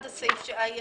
הסעיף אושר.